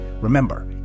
Remember